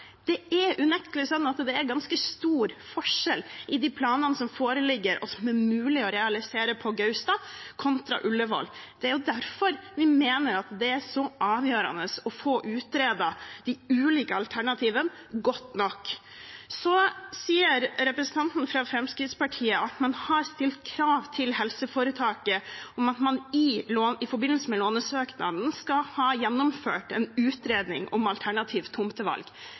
foreligger, og som er mulig å realisere på Gaustad, kontra Ullevål. Det er derfor vi mener det er så avgjørende å få utredet de ulike alternativene godt nok. Representanten fra Fremskrittspartiet sier at man har stilt krav til helseforetaket om at man i forbindelse med lånesøknaden skal ha gjennomført en utredning om alternativt tomtevalg.